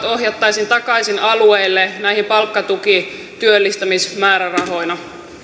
ohjattaisiin takaisin alueille näinä palkkatukityöllistämismäärärahoina